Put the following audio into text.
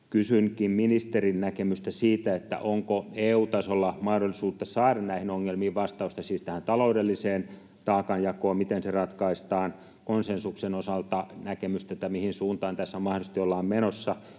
kysynkin ministerin näkemystä siitä, onko EU-tasolla mahdollisuutta saada näihin ongelmiin vastausta, siis tähän taloudelliseen taakanjakoon, miten se ratkaistaan, konsensuksen osalta näkemystä, mihin suuntaan tässä mahdollisti ollaan menossa,